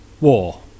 War